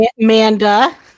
Amanda